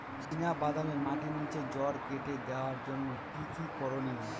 চিনা বাদামে মাটির নিচে জড় কেটে দেওয়ার জন্য কি কী করনীয়?